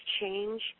change